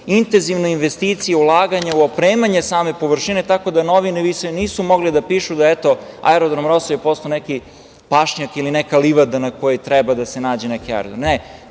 intenzivne investicije i ulaganja u opremanje same površine, tako da novine više nisu mogle da pišu da je, eto, aerodrom „Rosulje“ postao neki pašnjak ili neka livada na kojoj treba da se nađe neki aerodrom.